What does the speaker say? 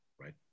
right